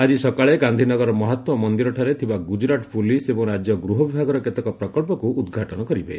ଆଜି ସକାଳେ ଗାନ୍ଧିନଗରର ମହାତ୍ମା ମନ୍ଦିରଠାରେ ଥିବା ଗୁଜରାଟ ପୁଲିସ୍ ଏବଂ ରାଜ୍ୟ ଗୃହ ବିଭାଗର କେତେକ ପ୍ରକଳ୍ପକୁ ଉଦ୍ଘାଟନ କରିବେ